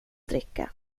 dricka